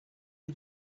who